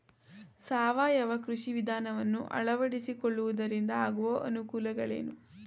ಸಾವಯವ ಕೃಷಿ ವಿಧಾನವನ್ನು ಅಳವಡಿಸಿಕೊಳ್ಳುವುದರಿಂದ ಆಗುವ ಅನುಕೂಲಗಳೇನು?